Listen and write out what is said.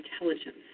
intelligence